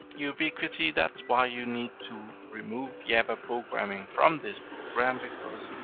ubiquiti, that's why you need to remove yeah java programming from this program. because